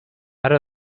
out